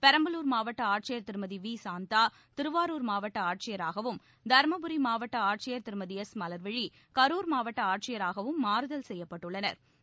பெரம்பலூர் மாவட்ட ஆட்சியர் திருமதி வி சாந்தா திருவாரூர் மாவட்ட ஆட்சியராகவும் தருமபுரி மாவட்ட ஆட்சியா் திருமதி எஸ் மலாவிழி கரூர் மாவட்ட ஆட்சியராகவும் மாறுதல் செய்யப்பட்டுள்ளனா்